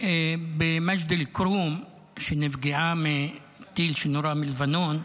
במג'ד אל-כרום, שנפגעה מטיל שנורה מלבנון,